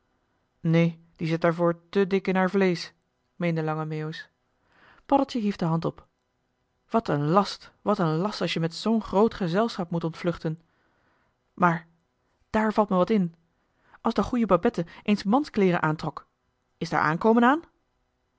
neen die zit daarvoor te dik in haar vleesch meende lange meeuwis paddeltje hief de hand op wat een last wat een last als je met zoo'n groot gezelschap moet ontvluchten maar daar valt me wat in als de goeie babette eens manskleeren aantrok is daar aankomen aan